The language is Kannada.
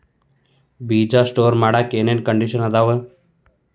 ಬೇಜ ಸ್ಟೋರ್ ಮಾಡಾಕ್ ಏನೇನ್ ಕಂಡಿಷನ್ ಅದಾವ?